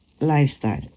lifestyle